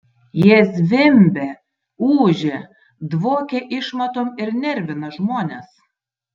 jie zvimbia ūžia dvokia išmatom ir nervina žmones